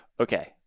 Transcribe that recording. okay